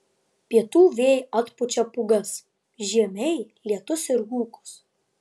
pietų vėjai atpučia pūgas žiemiai lietus ir rūkus